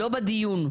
לא בדיון,